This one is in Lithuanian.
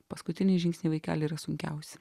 paskutiniai žingsniai vaikeli yra sunkiausi